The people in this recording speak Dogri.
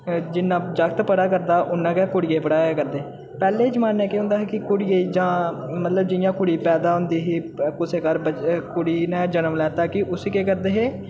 जि'न्ना जागत् पढ़ा करदा उ'न्ना गै कुड़ियै ई पढ़ाया करदे पैह्ले जमान्ने केह् होन्दा हा की कुड़ियै जां मतलब जि'यां की कुड़ी पैदा होंदी ही कुसै घर कुड़ी ने जनम लैता कि उसी केह् करदे हे